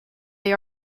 they